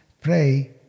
pray